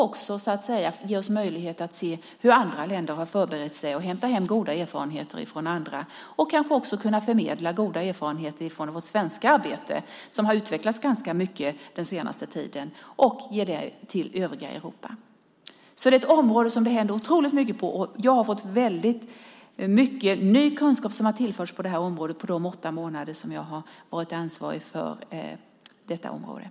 Dessutom får vi möjlighet att se hur andra länder förberett sig och kan på så sätt hämta goda erfarenheter från dem samt förmedla goda erfarenheter från vårt svenska arbete, som ju utvecklats ganska mycket under den senaste tiden. Det kan vi ge till övriga Europa. Detta är alltså ett område där det händer oerhört mycket. Mycket ny kunskap har tillförts området under de åtta månader jag varit ansvarig för det.